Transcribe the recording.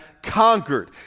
Conquered